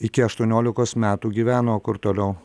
iki aštuoniolikos metų gyvena o kur toliau